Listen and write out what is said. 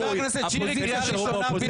חבר הכנסת שירי, קריאה ראשונה.